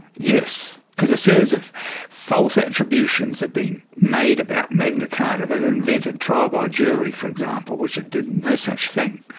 yes, because a series of false attributions have been made about magna carta, that it invented trial by jury, for example, which it did no such thing.